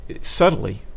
subtly